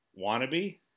wannabe